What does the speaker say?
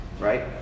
right